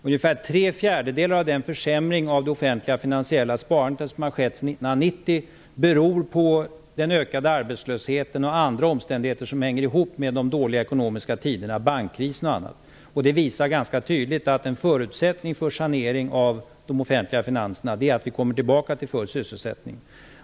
Ungefär tre fjärdedelar av den försämring av det offentliga finansiella sparandet som har skett sedan 1990 beror på den ökade arbetslösheten och andra omständigheter som hänger ihop med de dåliga ekonomiska tiderna, bankkrisen bl.a. Detta visar ganska tydligt att en förutsättning för en sanering av de offentliga finanserna är att vi kommer tillbaka till full sysselsättning.